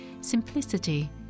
simplicity